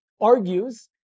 argues